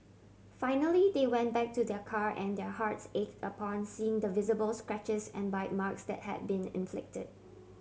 finally they went back to their car and their hearts ached upon seeing the visible scratches and bite marks that had been inflicted